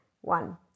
one